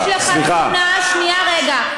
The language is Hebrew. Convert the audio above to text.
יש לך תמונה, שנייה, רגע.